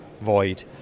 void